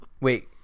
Wait